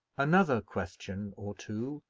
another question or two,